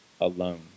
alone